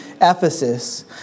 Ephesus